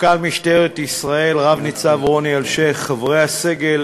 מפכ"ל משטרת ישראל רב-ניצב רוני אלשיך, חברי סגל